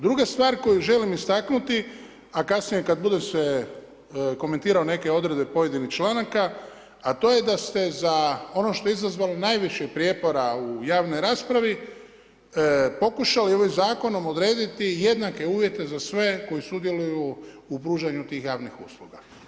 Druga stvar koju želim istaknuti, a kasnije kada bude se komentirale neke odredbe pojedinih članaka a to je da ste za ono što je izazvalo najviše prijepora u javnoj raspravi pokušali ovim zakonom odrediti jednake uvjete za sve koji sudjeluju u pružanju tih javnih usluge.